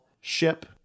ship